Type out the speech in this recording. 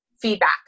feedback